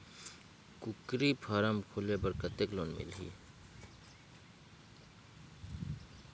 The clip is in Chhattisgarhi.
कूकरी फारम खोले बर कतेक लोन मिलही?